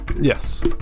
Yes